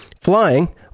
Flying